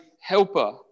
helper